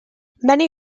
many